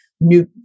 new